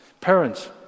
Parents